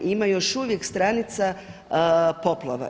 Ima još uvijek stranica poplava.